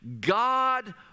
God